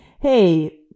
Hey